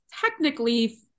technically